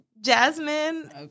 Jasmine